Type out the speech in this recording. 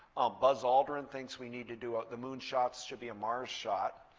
ah buzz aldrin thinks we need to do the moonshot should be a mars shot.